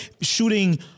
shooting